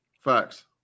Facts